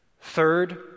Third